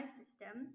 system